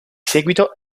seguito